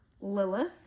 Lilith